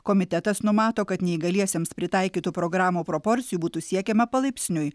komitetas numato kad neįgaliesiems pritaikytų programų proporcijų būtų siekiama palaipsniui